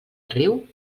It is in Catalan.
riu